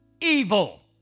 evil